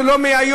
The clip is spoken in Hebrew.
זה לא מהיום.